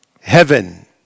heaven